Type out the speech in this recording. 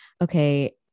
okay